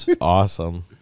awesome